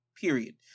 period